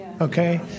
okay